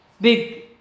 big